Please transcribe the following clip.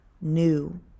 new